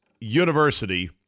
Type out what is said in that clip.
University